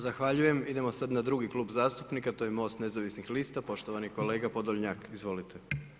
Zahvaljujem, idemo sada na drugi Klub zastupnika to je MOST nezavisnih lista, poštovani kolega Podolnjak, izvolite.